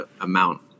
amount